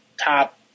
top